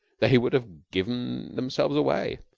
they would have given themselves away.